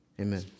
amen